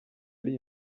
ari